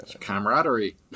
camaraderie